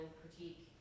critique